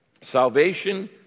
Salvation